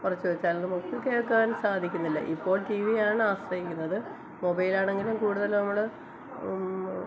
കുറച്ച് വെച്ചാൽ നമുക്ക് കേൾക്കാൻ സാധിക്കുന്നില്ല ഇപ്പോൾ ടീ വിയാണ് ആശ്രയിക്കുന്നത് മൊബൈലാണെങ്കിലും കൂടുതൽ നമ്മള്